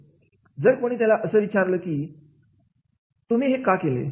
जर कोणी त्याला असं विचारलं की तुम्ही हे का केले